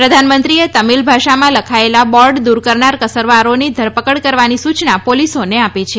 પ્રધાનમંત્રીએ તમિલ ભાષામાં લખાયેલા બોર્ડ દૂર કરનાર કસુરવારોની ધરપકડ કરવાની સૂચના પોલીસોને આપી છે